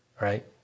right